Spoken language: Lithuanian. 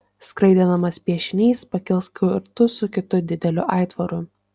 skraidinamas piešinys pakils kartu su kitu dideliu aitvaru